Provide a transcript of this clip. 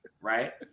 right –